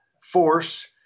force